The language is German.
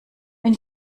wenn